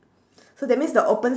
so that means the open